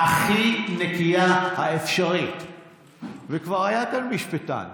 מותר לי להגיד מה שאני חושב.